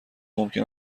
ممکن